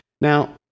now